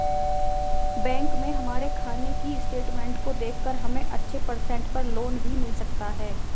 bank में हमारे खाने की स्टेटमेंट को देखकर हमे अच्छे परसेंट पर लोन भी मिल सकता है